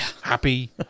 happy